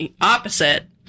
opposite